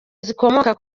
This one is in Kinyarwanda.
zikomoka